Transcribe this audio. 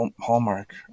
Hallmark